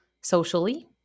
socially